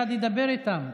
גדי, דבר איתם.